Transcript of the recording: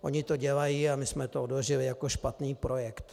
Oni to dělají a my jsme to odložili jako špatný projekt.